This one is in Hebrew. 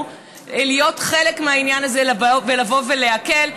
להיות חלק מהעניין הזה ולבוא ולהקל,